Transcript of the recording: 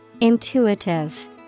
Intuitive